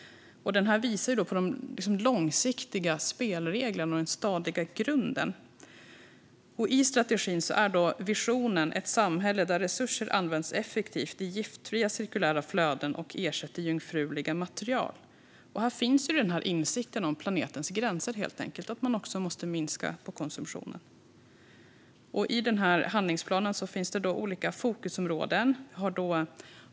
Den visar på de långsiktiga spelreglerna och den stadiga grunden. I strategin är visionen "ett samhälle där resurser används effektivt i giftfria cirkulära flöden och ersätter jungfruliga material". Här finns insikten om planetens gränser och att man måste minska konsumtionen. I handlingsplanen finns olika fokusområden.